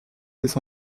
des